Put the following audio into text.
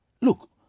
look